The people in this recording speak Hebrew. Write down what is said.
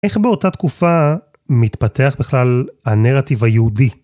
איך באותה תקופה מתפתח בכלל הנרטיב היהודי?